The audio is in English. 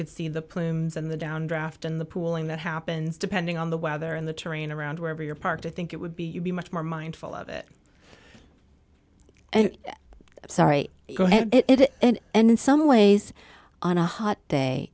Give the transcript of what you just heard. could see the plumes and the downdraft in the pooling that happens depending on the weather and the terrain around wherever you're parked i think it would be you'd be much more mindful of it and sorry go ahead it and in some ways on a hot day